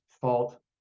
fault